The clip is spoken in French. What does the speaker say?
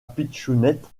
pitchounette